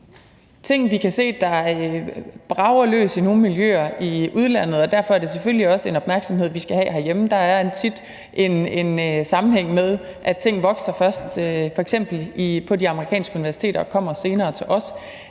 ting, vi kan se der brager løs i nogle miljøer i udlandet, og derfor er det selvfølgelig også noget, vi skal have opmærksomhed på herhjemme. Der er tit en sammenhæng, i forhold til at ting først vokser f.eks. på de amerikanske universiteter og senere kommer til os.